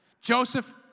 Joseph